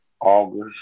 August